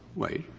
wait.